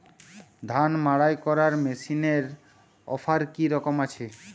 ধান মাড়াই করার মেশিনের অফার কী রকম আছে?